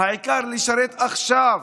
העיקר לשרת עכשיו,